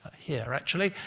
here, actually,